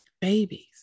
babies